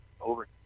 over